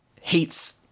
hates